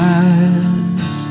eyes